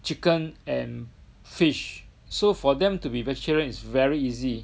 chicken and fish so for them to be vegetarian is very easy